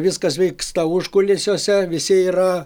viskas vyksta užkulisiuose visi yra